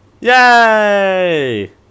Yay